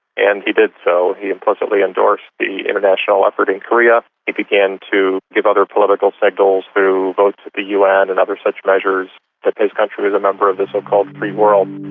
and he did so. he implicitly endorsed the international effort in korea he began to give other political signals through votes at the un and other such measures that his country was a member of the so-called free world.